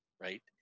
right